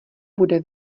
bude